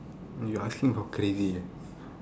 you asking for crazy ah